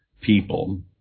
people